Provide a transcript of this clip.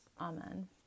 Amen